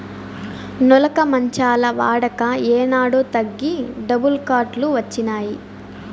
నులక మంచాల వాడక ఏనాడో తగ్గి డబుల్ కాట్ లు వచ్చినాయి